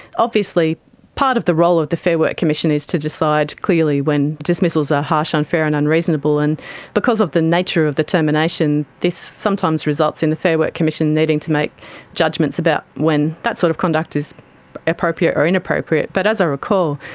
obviously part of the role of the fair work commission is to decide clearly when dismissals are harsh, unfair and unreasonable. and because of the nature of the termination, this sometimes results in the fair work commission needing to make judgements about when that sort of conduct is appropriate or inappropriate. but as i recall,